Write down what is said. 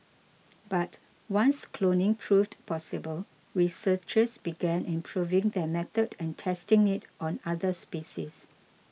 but once cloning proved possible researchers began improving their method and testing it on other species